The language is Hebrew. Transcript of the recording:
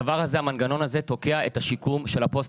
המנגנון הזה תוקע את השיקום של הפוסט